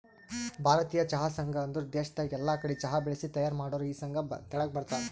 ಭಾರತೀಯ ಚಹಾ ಸಂಘ ಅಂದುರ್ ದೇಶದಾಗ್ ಎಲ್ಲಾ ಕಡಿ ಚಹಾ ಬೆಳಿಸಿ ತೈಯಾರ್ ಮಾಡೋರ್ ಈ ಸಂಘ ತೆಳಗ ಬರ್ತಾರ್